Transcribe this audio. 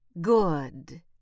Good